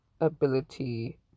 ability